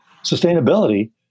sustainability